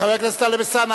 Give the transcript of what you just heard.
חבר הכנסת טלב אלסאנע,